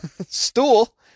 Stool